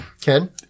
Ken